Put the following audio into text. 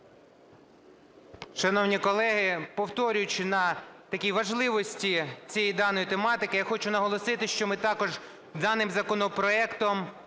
Шановні колеги, повторюючи на такій важливості цієї даної тематики, я хочу наголосити, що ми також даним законопроектом